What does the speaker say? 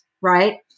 Right